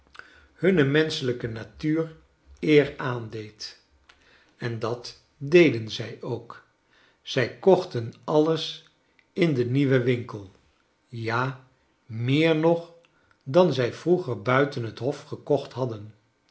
hunne menschelijke natuur eer aandeed en dat deden zij ook zij kochten alles in den nieuwen winkel ja meer nog dan zij vroeger buiten het hof gekocht hadden